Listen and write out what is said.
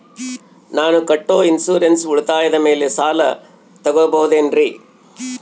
ನಾನು ಕಟ್ಟೊ ಇನ್ಸೂರೆನ್ಸ್ ಉಳಿತಾಯದ ಮೇಲೆ ಸಾಲ ತಗೋಬಹುದೇನ್ರಿ?